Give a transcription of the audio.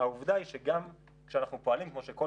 העובדה היא שגם כשאנחנו פועלים כמו שכל